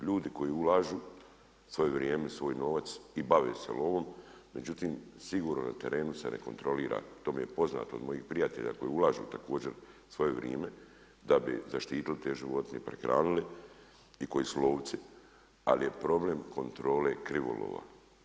Ljudi koji ulažu svoje vrijeme, svoj novac i bave se lovom, međutim sigurno na terenu se ne kontrolira, to mi je poznato od mojih prijatelja koji ulažu također svoje vrijeme da bi zaštitili te životinje, prehranili i koji su lovci ali je problem kontrole krivolova.